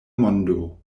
mondo